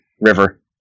river